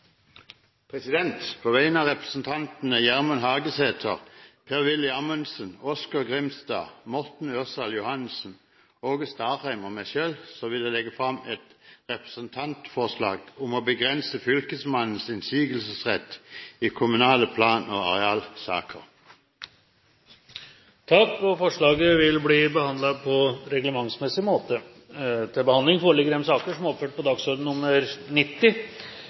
representantforslag. På vegne av representantene Gjermund Hagesæter, Per-Willy Amundsen, Oskar J. Grimstad, Morten Ørsal Johansen, Åge Starheim og meg selv vil jeg legge fram et representantforslag om å begrense fylkesmannens innsigelsesrett i kommunale plan- og arealsaker. Forslaget vil bli behandlet på reglementsmessig måte. Etter ønske fra kommunal- og forvaltningskomiteen vil presidenten foreslå at taletiden begrenses til